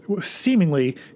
seemingly